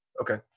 Okay